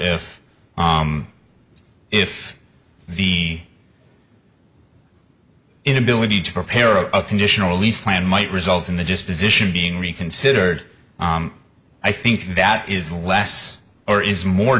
if if the inability to prepare a conditional release plan might result in the disposition being reconsidered i think that is less or is more